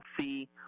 see